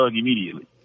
immediately